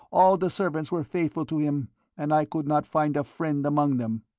all the servants were faithful to him and i could not find a friend among them.